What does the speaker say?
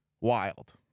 wild